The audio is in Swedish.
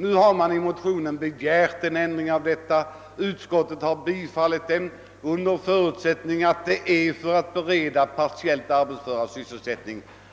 Man har nu i motionen begärt en ändring av detta förhållande, och utskottet har tillstyrkt denna begäran under den förutsättningen att det gäller att bereda sysselsättning åt partiellt arbetsföra.